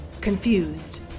confused